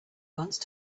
once